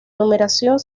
numeración